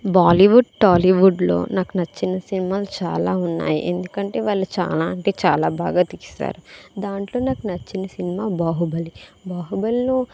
బాలీవుడ్ టాలీవుడ్ లో నాకు నచ్చిన సినిమాలు చాలా ఉన్నాయి ఎందుకంటే వాళ్ళు చాలా అంటే చాలా బాగా తీస్తారు దాంట్లో నాకు నచ్చిన సినిమా బాహుబలి బాహుబలిలో